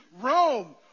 Rome